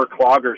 cloggers